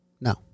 No